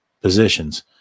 positions